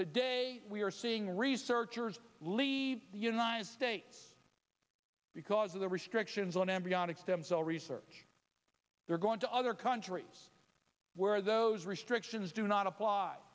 today we are seeing researchers leave the united states because of the restrictions on embryonic all research they're going to other countries where those restrictions do not apply